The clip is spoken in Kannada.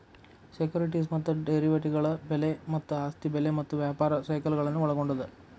ಸೆಕ್ಯುರಿಟೇಸ್ ಮತ್ತ ಡೆರಿವೇಟಿವ್ಗಳ ಬೆಲೆ ಮತ್ತ ಆಸ್ತಿ ಬೆಲೆ ಮತ್ತ ವ್ಯಾಪಾರ ಸೈಕಲ್ಗಳನ್ನ ಒಳ್ಗೊಂಡದ